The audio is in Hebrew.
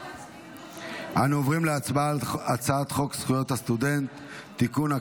אנו עוברים להצבעה על הצעת חוק זכויות הסטודנט (תיקון,